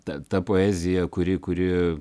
ta ta poezija kuri kuri